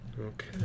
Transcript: Okay